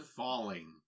falling